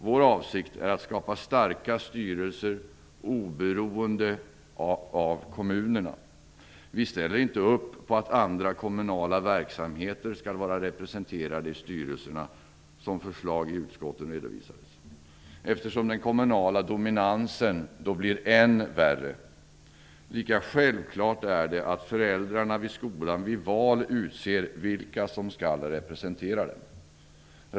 Vår avsikt är att skapa starka styrelser oberoende av kommunerna. Vi ställer inte upp på att andra kommunala verksamheter skall vara representerade i styrelserna, som framförts i förslag redovisade i utskottet, eftersom den kommunala dominansen då blir än värre. Lika självklart är det att föräldrarna i skolan vid val utser vilka som skall representera dem.